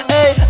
Hey